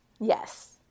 yes